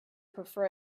prefer